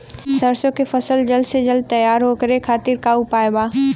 सरसो के फसल जल्द से जल्द तैयार हो ओकरे खातीर का उपाय बा?